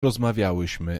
rozmawiałyśmy